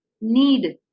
need